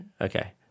Okay